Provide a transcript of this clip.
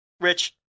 Rich